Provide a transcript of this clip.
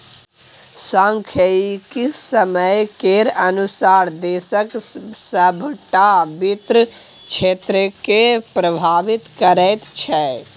सांख्यिकी समय केर अनुसार देशक सभटा वित्त क्षेत्रकेँ प्रभावित करैत छै